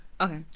okay